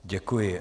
Děkuji.